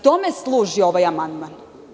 Tome služi ovaj amandman.